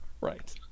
right